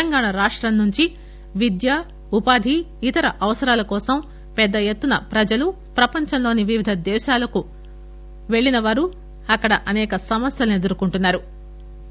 తెలంగాణ రాష్టం నుంచి విద్య ఉపాధి ఇతర అవసరాల కోసం పెద్ద ఎత్తున ప్రజలు ప్రపంచంలోని వివిధ దేశాలకు పెళ్లిన వారు అక్కడ అనేక రకాల సమస్యలను ఎదుర్కోంటున్నా రు